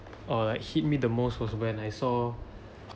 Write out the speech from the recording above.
orh like hit me the most was when I saw